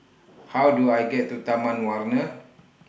How Do I get to Taman Warna